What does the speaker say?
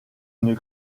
une